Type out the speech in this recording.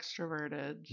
extroverted –